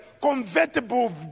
convertible